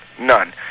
None